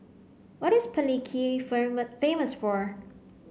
what is Palikir famous for